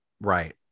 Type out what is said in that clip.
Right